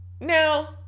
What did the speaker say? now